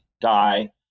die